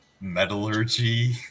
Metallurgy